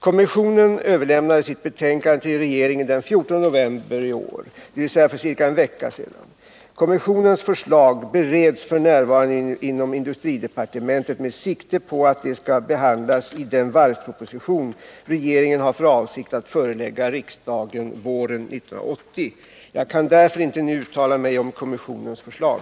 Kommissionen överlämnade sitt betänkande till regeringen den 14 november 1979, dvs. för ca en vecka sedan. Kommissionens förslag bereds f.n. inom industridepartementet med sikte på att de skall behandlas i den varvsproposition regeringen har för avsikt att förelägga riksdagen våren 1980. Jag kan därför inte nu uttala mig om kommssionens förslag.